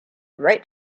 write